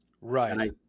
Right